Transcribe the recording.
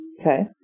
Okay